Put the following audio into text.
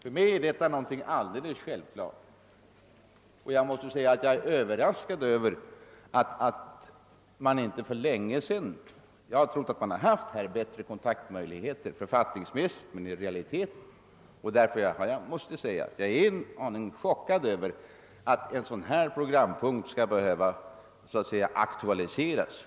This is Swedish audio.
Detta är för mig något alldeles självklart och jag är överraskad över att det inte för länge sedan har skapats bättre kontaktmöjligheter där. Därför är jag också en aning chockerad över att en sådan programpunkt, som den nu diskuterade, skall behöva aktualiseras.